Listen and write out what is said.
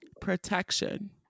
protection